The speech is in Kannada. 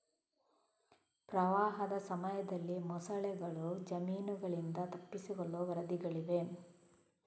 ಪ್ರವಾಹದ ಸಮಯದಲ್ಲಿ ಮೊಸಳೆಗಳು ಜಮೀನುಗಳಿಂದ ತಪ್ಪಿಸಿಕೊಳ್ಳುವ ವರದಿಗಳಿವೆ